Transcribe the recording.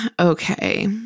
Okay